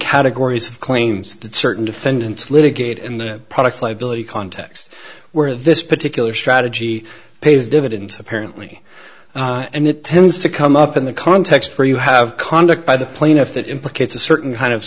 categories of claims that certain defendants litigate in the product liability context where this particular strategy pays dividends apparently and it tends to come up in the context for you have conduct by the plaintiff that implicates a certain kind of